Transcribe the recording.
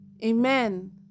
Amen